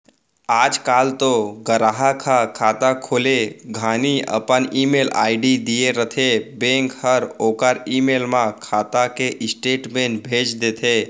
आज काल तो गराहक ह खाता खोले घानी अपन ईमेल आईडी दिए रथें बेंक हर ओकर ईमेल म खाता के स्टेटमेंट भेज देथे